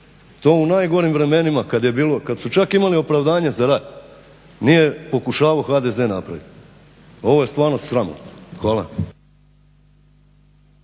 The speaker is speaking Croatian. To u najgorim vremenima kad je bilo, kad su čak imali opravdanje za rad nije pokušavao HDZ napraviti. Ovo je stvarno sramotno! Hvala.